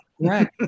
Right